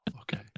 Okay